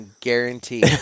guarantee